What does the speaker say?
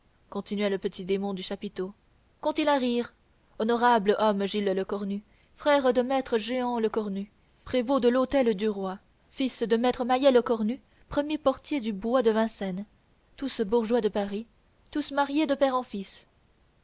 continuait le petit démon du chapiteau qu'ont-ils à rire honorable homme gilles lecornu frère de maître jehan lecornu prévôt de l'hôtel du roi fils de maître mahiet lecornu premier portier du bois de vincennes tous bourgeois de paris tous mariés de père en fils